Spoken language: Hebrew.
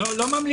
לא מעבר.